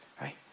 right